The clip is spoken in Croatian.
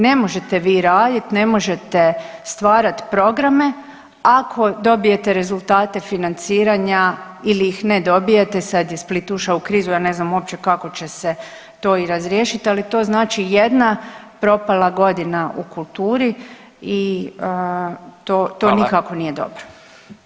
Ne možete vi raditi, ne možete stvarat programe ako dobijete rezultate financiranja ili ih ne dobijete, sad je Split ušao u krizu ja ne znam uopće kako će se to i razriješiti ali to znači jedna propala godina u kulturi i to nikako nije dobro.